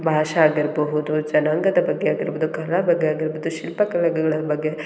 ಭಾಷೆ ಆಗಿರಬಹುದು ಜನಾಂಗದ ಬಗ್ಗೆ ಆಗಿರ್ಬೋದು ಕಲೆ ಬಗ್ಗೆ ಆಗಿರ್ಬೋದು ಶಿಲ್ಪಕಲೆಗಳ ಬಗ್ಗೆ